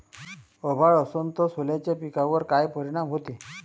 अभाळ असन तं सोल्याच्या पिकावर काय परिनाम व्हते?